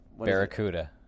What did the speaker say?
Barracuda